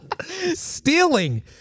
stealing